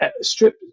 strip